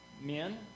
men